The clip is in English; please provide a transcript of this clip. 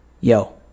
yo